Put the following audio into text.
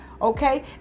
Okay